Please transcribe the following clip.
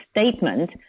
statement